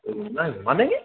घूमना है घुमा देंगे